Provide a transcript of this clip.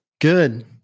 Good